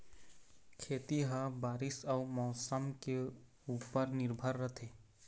खेती ह बारीस अऊ मौसम के ऊपर निर्भर रथे